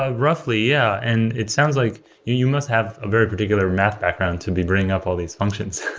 ah roughly, yeah. and it sounds like you must have a very particular math background to be bringing up all these functions.